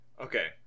Okay